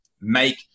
make